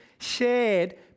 shared